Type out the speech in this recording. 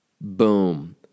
Boom